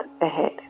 ahead